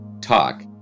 talk